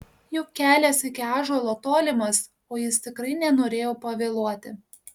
juk kelias iki ąžuolo tolimas o jis tikrai nenorėjo pavėluoti